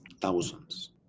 thousands